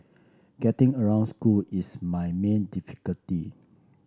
getting around school is my main difficulty